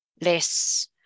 less